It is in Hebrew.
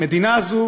למדינה הזו